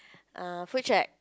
err food check